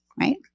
right